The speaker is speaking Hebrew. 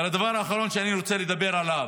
הדבר האחרון שאני רוצה לדבר עליו: